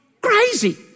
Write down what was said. crazy